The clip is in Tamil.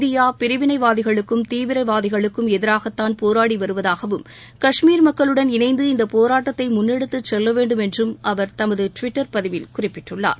இந்தியா பிரிவினைவாதிகளுக்கும் தீவிரவாதிகளுக்கும் எதிராகதான் போராடி வருவதாகவும் காஷ்மீர் மக்களுடன் இணைந்து இந்த போராட்டத்தை முன்னெடுத்து செல்லவேண்டும் என்றும் அவர் தமது டுவிட்டர் பதிவில் குறிப்பிட்டுள்ளார்